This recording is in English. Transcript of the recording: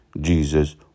Jesus